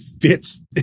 fits